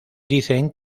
dicen